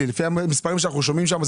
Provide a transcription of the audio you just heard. לפי המספרים שאנחנו שומעים שם,